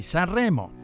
Sanremo